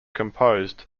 composed